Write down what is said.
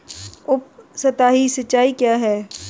उपसतही सिंचाई क्या है?